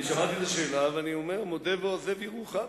שמעתי את השאלה, ואני אומר: מודה ועוזב ירוחם.